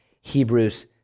Hebrews